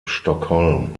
stockholm